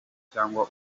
cyangwa